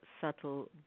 subtle